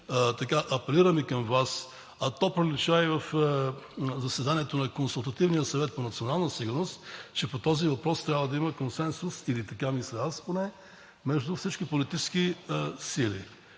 Апелирам и към Вас, а то пролича и в заседанието на Консултативния съвет по национална сигурност, че по този въпрос трябва да има консенсус, или така мисля поне аз, между всички политически сили.